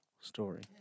story